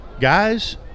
Guys